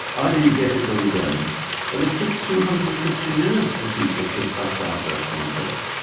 either you get it or you don't and it took two hundred and fifty years for people to thrash out that concept.